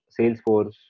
Salesforce